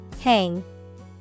Hang